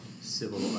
civil